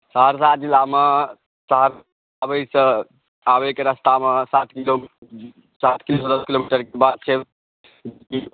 सहरसा जिलामे सर अबैके रास्तामे सात किलोमीटरके बाद सर